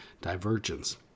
divergence